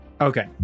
Okay